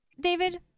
David